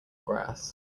grass